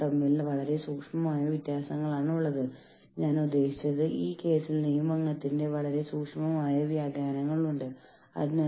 തങ്ങളുടെ പ്രശ്നങ്ങൾക്കുള്ള പരിഹാരമായി യൂണിയൻവൽക്കരണം കാണുമ്പോൾ ജീവനക്കാർ യൂണിയനുകളിൽ ചേരുന്നു